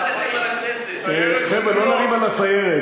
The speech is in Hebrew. דיכטר, סיירת, חבר'ה, לא נריב על הסיירת.